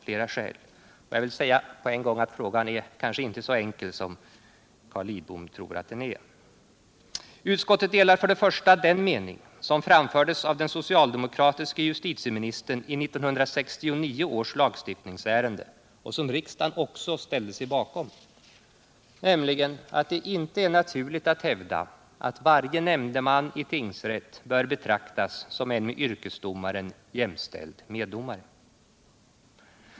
Frågan är kanske inte så enkel som Carl Lidbom tror. Utskottet delar den mening tl som framfördes av den socialdemokratiske justitieministern i 1969 års lagstiftningsärende och som riksdagen ställde sig bakom, nämligen att det inte är naturligt att hävda att varje nämndeman i tingsrätt bör betraktas som en med yrkesdomaren jämställd meddomare.